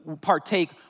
partake